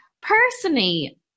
personally